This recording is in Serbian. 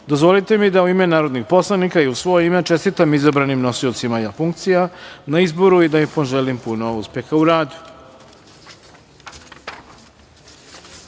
odluke. Dozvolite mi da, u ime narodnih poslanika i u svoje ime, čestitam izabranim nosiocima funkcija na izboru i da im poželim puno uspeha u radu. Pre